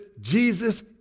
Jesus